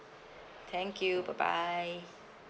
thank you bye bye